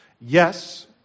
Yes